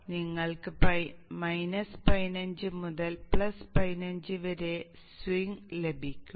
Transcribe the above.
അതിനാൽ നിങ്ങൾക്ക് 15 മുതൽ 15 വരെ സ്വിംഗ് ലഭിക്കും